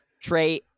Trey